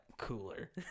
Cooler